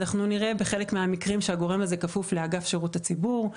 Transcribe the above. אנחנו נראה בחלק מהמקרים שהגורם הזה כפוף לאגף שירות הציבור,